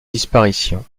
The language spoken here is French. disparition